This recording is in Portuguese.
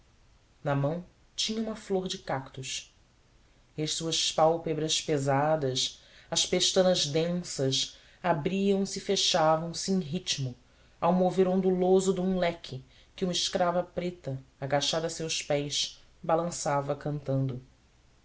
na mão tinha uma flor de cacto e as suas pálpebras pesadas as pestanas densas abriam-se e fechavam-se em ritmo ao mover onduloso de um leque que uma escrava preta agachada a seus pés balançava cantando